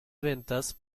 ventas